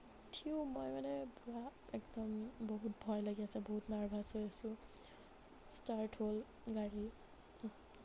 উঠিও মই মানে পূৰা একদম বহুত ভয় লাগি আছে বহুত নাৰ্ভাছ হৈ আছোঁ ষ্টাৰ্ট হ'ল গাড়ী